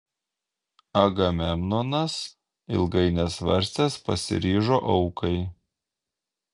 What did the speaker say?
agamemnonas ilgai nesvarstęs pasiryžo aukai